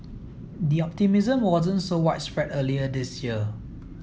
the optimism wasn't so widespread earlier this year